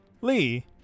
Lee